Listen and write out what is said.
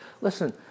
Listen